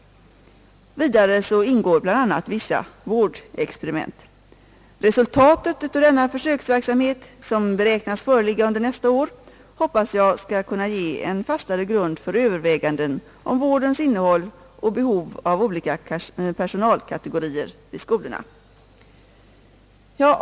Vidare ingår bl.a. vissa vårdexperiment. Resultatet av denna försöksverksamhet, som beräknas förelig ga nästa år, hoppas jag skall ge en fastare grund för överväganden om vårdens innehåll och behov av olika personalkategorier vid skolorna.